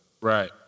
Right